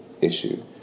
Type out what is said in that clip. issue